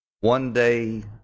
one-day